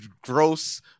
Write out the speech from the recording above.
gross